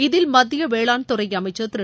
இதில் மத்திய வேளாண்துறை அமைச்சர் திரு